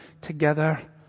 together